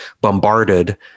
bombarded